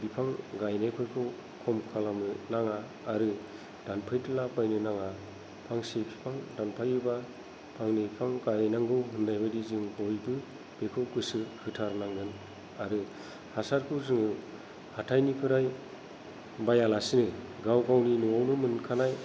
बिफां गायनायफोरखौ खम खालामनो नाङा आरो दानफायद्ला बायनो नाङा फांसे बिफां दानफायोबा फांनै बिफां गायनांगौ होन्नाय बादि जों बयबो बेखौ गोसो होथार नांगोन आरो हासारखौ जोङो हाथाइनिफ्राय बायालासेनो गाव गावनि न'आवनो मोनखानाय